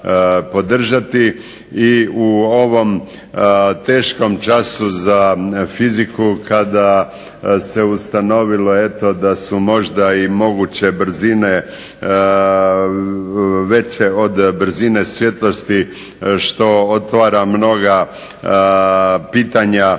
I u ovom teškom času za fiziku kada se ustanovilo eto da su možda i moguće brzine veće od brzine svjetlosti što otvara mnoga pitanja